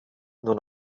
nur